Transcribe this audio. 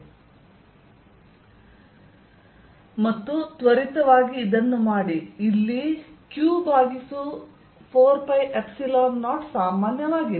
Exxyz∂x∂x14π0qx xx x2y y2z z232 ಮತ್ತು ತ್ವರಿತವಾಗಿ ಇದನ್ನು ಮಾಡಿ ಇಲ್ಲಿ q4π0 ಸಾಮಾನ್ಯವಾಗಿದೆ